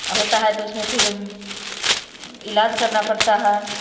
आ होता है तो उसमें फिर इलाज करना पड़ता है